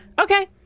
Okay